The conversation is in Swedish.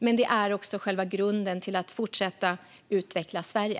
Men det är också själva grunden för att fortsätta utveckla Sverige.